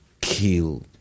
kill